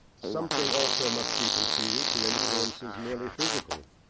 something also must be conceded to influences merely physical,